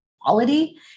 quality